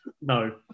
No